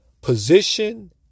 position